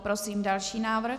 Prosím další návrh.